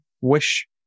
wish